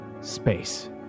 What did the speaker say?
Space